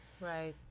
Right